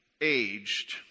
aged